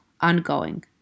ongoing